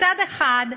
מצד אחד,